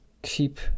keep